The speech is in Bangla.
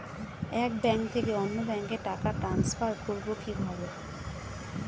এক ব্যাংক থেকে অন্য ব্যাংকে টাকা ট্রান্সফার করবো কিভাবে?